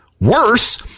Worse